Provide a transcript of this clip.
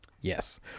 Yes